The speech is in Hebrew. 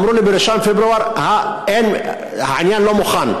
ואמרו לי: ב-1 בפברואר העניין לא מוכן.